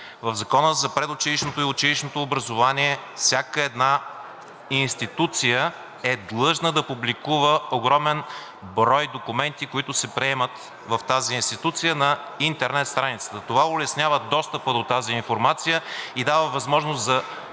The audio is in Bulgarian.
В Закона за предучилищното и училищното образование всяка една институция е длъжна да публикува огромен брой документи, които се приемат в тази институция, на интернет страницата. Това улеснява достъпа до тази информация и дава възможност за